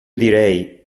direi